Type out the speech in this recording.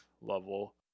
level